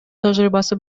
тажрыйбасы